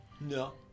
no